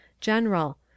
General